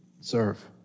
Serve